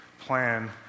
plan